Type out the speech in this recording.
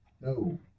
No